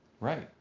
Right